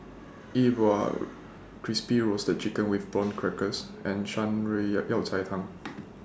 E Bua Crispy Roasted Chicken with Prawn Crackers and Shan Rui Yao Yao Cai Tang